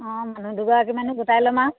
অঁ মানুহ দুগৰাকী মান গোটাই ল'ম আৰু